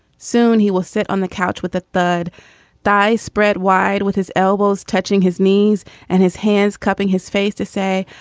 soon he will sit on the couch with a thud by spread wide, with his elbows touching his knees and his hands cupping his face to say,